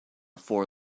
for